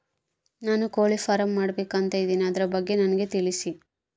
ನಾನು ಕೋಳಿ ಫಾರಂ ಮಾಡಬೇಕು ಅಂತ ಇದಿನಿ ಅದರ ಬಗ್ಗೆ ನನಗೆ ತಿಳಿಸಿ?